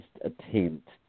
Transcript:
attempt